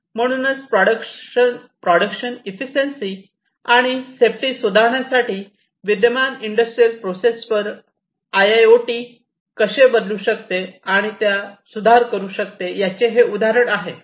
म्हणूनच production efficiency आणि safety सुधारण्यासाठी विद्यमान इंडस्ट्रियल प्रोसेस वर आयआयओटी कसे बदलू शकते आणि त्या सुधारू शकते याचे हे उदाहरण आहे